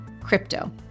crypto